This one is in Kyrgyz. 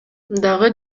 дагы